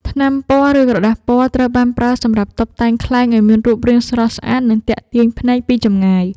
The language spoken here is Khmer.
ថ្នាំពណ៌ ឬក្រដាសពណ៌ ត្រូវបានប្រើសម្រាប់តុបតែងខ្លែងឱ្យមានរូបរាងស្រស់ស្អាត និងទាក់ទាញភ្នែកពីចម្ងាយ។